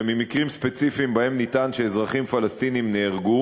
וממקרים ספציפיים שבהם נטען שאזרחים פלסטינים נהרגו.